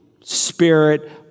spirit